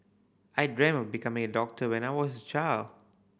I dreamt of becoming a doctor when I was a child